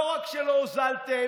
לא רק שלא הוזלתם,